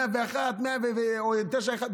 101 או 91,